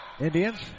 Indians